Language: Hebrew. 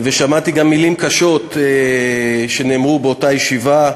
ושמעתי גם מילים קשות שנאמרו באותה ישיבה,